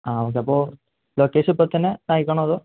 ആ ഓക്കെ അപ്പോൾ ലൊക്കേഷൻ ഇപ്പോൾത്തന്നെ അയക്കണോ അതോ